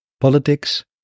politics